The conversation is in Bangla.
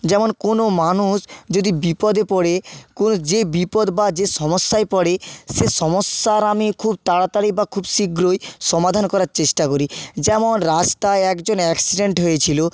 যেমন কোনো মানুষ যদি বিপদে পড়ে কোন যে বিপদ বা যে সমস্যায় পড়ে সে সমস্যার আমি খুব তাড়াতাড়ি বা খুব শীঘ্রই সমাধান করার চেষ্টা করি যেমন রাস্তায় একজন অ্যাকসিডেন্ট হয়েছিলো